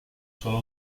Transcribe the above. sólo